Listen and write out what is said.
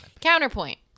Counterpoint